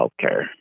healthcare